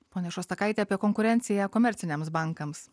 ponia šostakaite apie konkurenciją komerciniams bankams